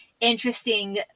interesting